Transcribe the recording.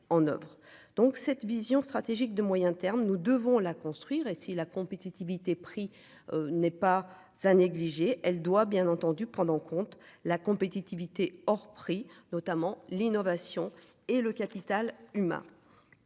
donc cette vision stratégique de moyen terme, nous devons la construire et si la compétitivité prix n'est pas à négliger. Elle doit bien entendu prendre en compte la compétitivité hors prix notamment l'innovation et le capital humain.